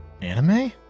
anime